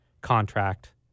contract